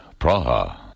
Praha